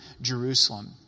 Jerusalem